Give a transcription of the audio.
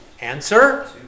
Answer